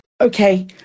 okay